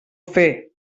fer